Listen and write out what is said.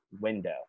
window